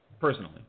personally